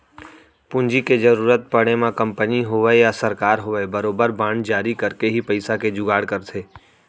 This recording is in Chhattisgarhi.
पूंजी के जरुरत पड़े म कंपनी होवय या सरकार होवय बरोबर बांड जारी करके ही पइसा के जुगाड़ करथे